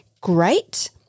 great